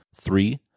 Three